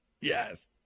Yes